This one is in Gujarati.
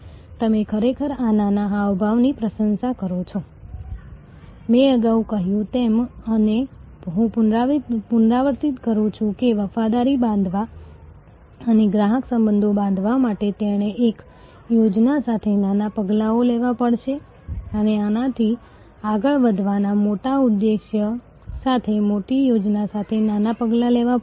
અને પછી સામ સામે ક્રિયાપ્રતિક્રિયા ઉપરાંત જે દેખીતી રીતે તમે ઉપયોગ કરી શકો તે સૌથી વધુ ખર્ચાળ છે તેથી ક્રિયાપ્રતિક્રિયા ચાલુ રાખવા માટે માહિતી અને સંદેશાવ્યવહાર તકનીકનો ઉપયોગ કરો